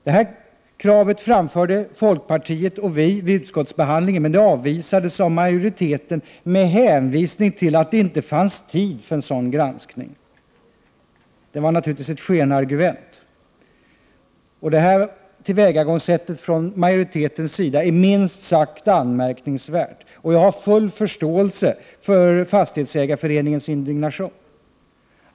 Detta krav framfördes från folkpartiets och vår sida redan vid utskottsbehandlingen, men det avvisades av majoriteten med hänvisning till att det inte fanns tid för sådan granskning. Det var naturligtvis ett skenargument. Majoritetens tillvägagångssätt är minst sagt anmärkningsvärt, och jag har full förståelse för Fastighetsägareföreningens indignation.